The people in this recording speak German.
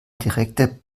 direkte